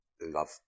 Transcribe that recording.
love